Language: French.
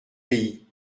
pays